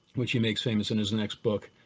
which he makes famous in his next book,